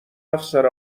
افسر